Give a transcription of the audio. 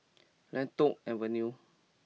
Lentor Avenue